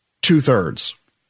two-thirds